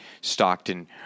Stockton